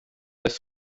das